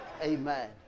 Amen